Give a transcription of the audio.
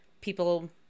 people